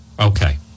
Okay